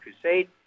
Crusade